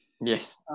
Yes